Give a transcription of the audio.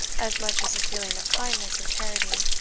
as much as a feeling of kindness or charity,